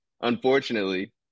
unfortunately